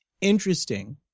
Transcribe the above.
interesting